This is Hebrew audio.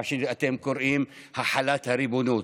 מה שאתם קוראים החלת הריבונות.